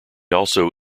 also